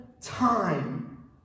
time